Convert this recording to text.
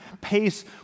pace